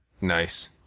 Nice